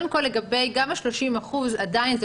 קודם כול,